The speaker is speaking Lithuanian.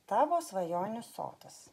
tavo svajonių sodas